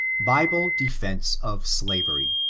bible defence of slavery